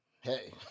hey